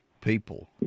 people